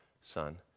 Son